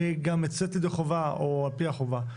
היא גם יוצאת ידי חובה או על פי החובה,